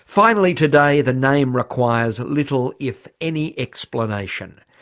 finally today, the name requires little, if any, explanation.